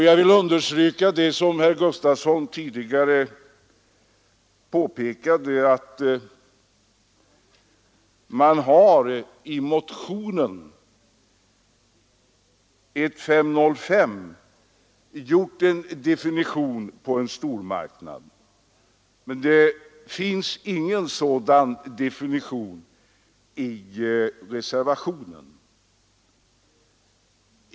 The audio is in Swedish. Jag vill understryka det som herr Gustafsson tidigare påpekade, nämligen att man i motionen 1505 har gjort en definition på stormarknad. Men det finns ingen. sådan definition i reservationen.